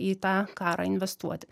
į tą karą investuoti